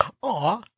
Aw